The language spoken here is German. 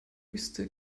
höchste